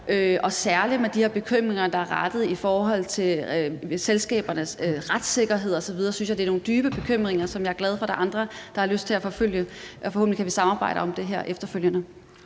Og særlig med hensyn til selskabernes retssikkerhed osv. synes jeg, der er nogle dybe bekymringer, som jeg er glad for at der er andre der har lyst til at forfølge. Forhåbentlig kan vi samarbejde om det her efterfølgende.